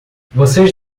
vocês